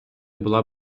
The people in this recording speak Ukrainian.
була